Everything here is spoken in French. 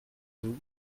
vous